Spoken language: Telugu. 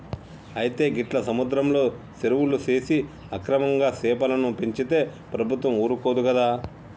అయితే గీట్ల సముద్రంలో సెరువులు సేసి అక్రమంగా సెపలను పెంచితే ప్రభుత్వం ఊరుకోదు కదా